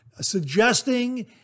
suggesting